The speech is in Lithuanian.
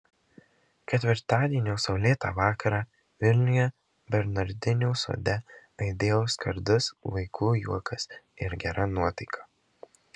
ketvirtadienio saulėtą vakarą vilniuje bernardinų sode aidėjo skardus vaikų juokas ir gera nuotaika